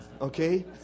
okay